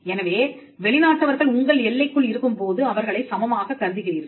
எனவே வெளிநாட்டவர்கள் உங்கள் எல்லைக்குள் இருக்கும் போது அவர்களை சமமாகக் கருதுகிறீர்கள்